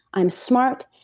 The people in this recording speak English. i'm smart,